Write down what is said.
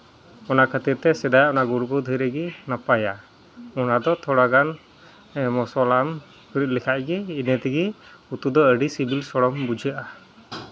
ᱚᱱᱟ ᱠᱷᱟᱹᱛᱤᱨ ᱛᱮ ᱥᱮᱫᱟᱭ ᱚᱱᱟ ᱜᱩᱲᱜᱩ ᱫᱷᱤᱨᱤ ᱜᱮ ᱱᱟᱯᱟᱭᱟ ᱚᱱᱟᱫᱚ ᱛᱷᱚᱲᱟᱜᱟᱱ ᱢᱚᱥᱞᱟᱢ ᱨᱤᱫ ᱞᱮᱠᱷᱟᱡ ᱜᱮ ᱤᱱᱟᱹ ᱛᱮᱜᱮ ᱩᱛᱩ ᱫᱚ ᱟᱹᱰᱤ ᱥᱤᱵᱤᱞ ᱥᱚᱲᱚᱢ ᱵᱩᱡᱷᱟᱹᱜᱼᱟ